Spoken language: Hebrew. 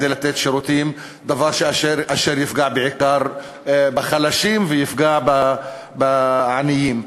דבר שיפגע בעיקר בחלשים ויפגע בעניים.